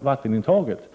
vattenintaget.